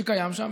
שקיים שם.